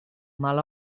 mal